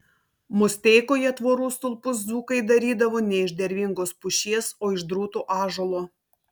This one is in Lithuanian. musteikoje tvorų stulpus dzūkai darydavo ne iš dervingos pušies o iš drūto ąžuolo